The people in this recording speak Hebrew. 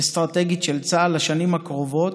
אסטרטגית של צה"ל לשנים הקרובות.